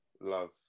Love